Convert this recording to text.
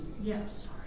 yes